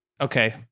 okay